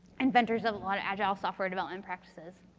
inventors of a lot of agile software development practices.